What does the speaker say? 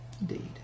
indeed